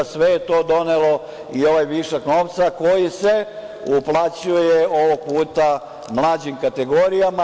Sve je to donelo i ovaj višak novca, koji se uplaćuje ovog puta mlađim kategorijama.